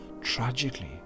tragically